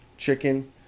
chicken